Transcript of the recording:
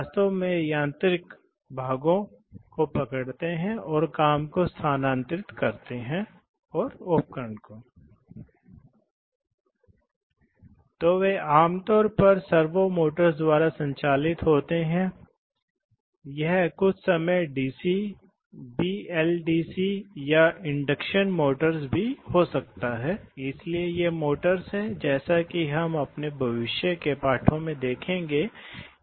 वास्तव में आवेदन भी कम मांग वाले होते हैं इसलिए आमतौर पर ऐसी सटीक गति नियंत्रण की मांग भी आवेदन पक्ष से नहीं होती है इसी तरह गति की भविष्यवाणी भी जटिल है क्योंकि वे वास्तव में दबाव तापमान आदि के जटिल कार्य हैं क्योंकि मैं क्योंकि हम बात कर रहे हैं एक गैस यहाँ इसलिए कि बहुत सारी संपीडन समस्याएँ हैं